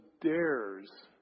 dares